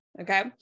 okay